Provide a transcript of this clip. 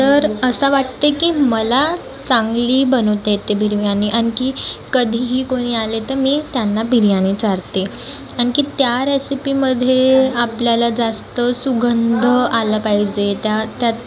तर असा वाटते की मला चांगली बनवता येते बिर्याणी आणखी कधीही कोणी आले तर मी त्यांना बिर्याणी चारते आणखी त्या रेसिपीमध्ये आपल्याला जास्त सुगंध आला पाहिजे त्यात